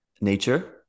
nature